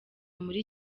muri